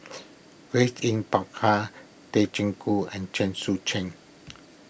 Grace Yin Peck Ha Tay Chin and Chen Sucheng